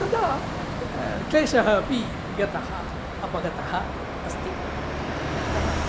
तदा क्लेशः अपि गतः अपगतः अस्ति अतः